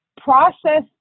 process